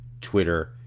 Twitter